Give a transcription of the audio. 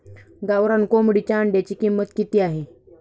गावरान कोंबडीच्या अंड्याची किंमत किती आहे?